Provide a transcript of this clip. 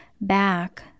back